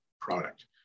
product